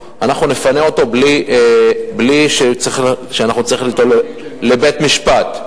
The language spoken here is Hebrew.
אנחנו נפנה אותו בלי שנצטרך בית-משפט.